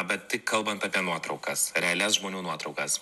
bet tai kalbant apie nuotraukas realias žmonių nuotraukas